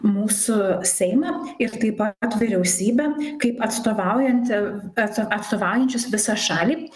mūsų seimą ir taip pat vyriausybę kaip atstovaujanti atso atstovaujančius visą šalį